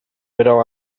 pero